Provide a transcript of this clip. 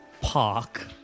Park